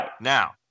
now